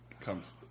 comes